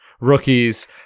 rookies